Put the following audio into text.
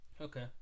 Okay